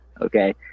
Okay